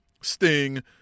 sting